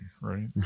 right